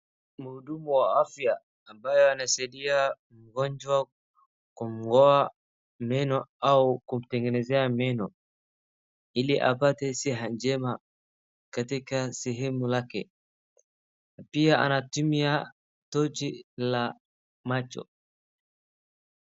Mhudumu wa afya ambaye anasaidia mgonjwa kumng'oa meno au kumtengenezea meno ili apate siha jema katika sehemu lake. Pia anatumia tochi la macho.